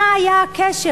מה היה הקשר?